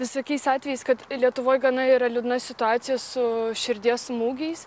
visokiais atvejais kad lietuvoj gana yra liūdna situacija su širdies smūgiais